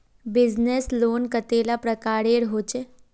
Business loan कतेला प्रकारेर होचे?